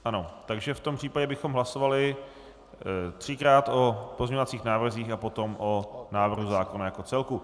Ano, takže v tom případě bychom hlasovali třikrát o pozměňovacích návrzích a potom o návrhu zákona jako celku.